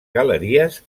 galeries